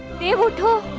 will go